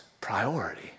priority